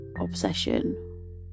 obsession